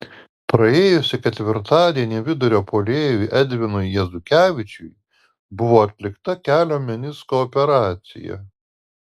praėjusį ketvirtadienį vidurio puolėjui edvinui jezukevičiui buvo atlikta kelio menisko operacija